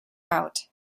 out